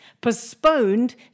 postponed